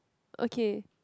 okay